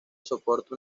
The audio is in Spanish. soporta